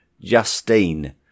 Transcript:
Justine